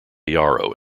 yarrow